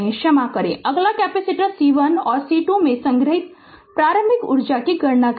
क्षमा करें अगला कैपेसिटर C1 और C2 में संग्रहीत प्रारंभिक ऊर्जा की गणना करें